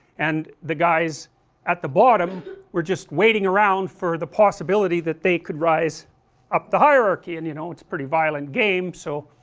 and the guys at the bottom were just waiting around for the possibility that they could rise up the hierarchy and you know it's a pretty violent game, so,